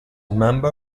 member